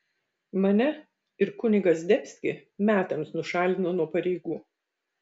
mane ir kunigą zdebskį metams nušalino nuo pareigų